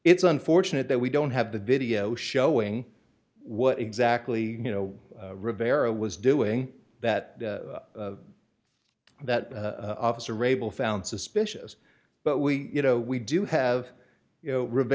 it's unfortunate that we don't have the video showing what exactly you know rivera was doing that that officer abel found suspicious but we you know we do have you